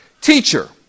Teacher